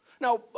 now